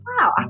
wow